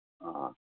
હં હં